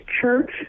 church